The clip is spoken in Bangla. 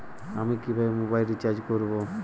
আমি কিভাবে মোবাইল রিচার্জ করব?